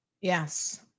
Yes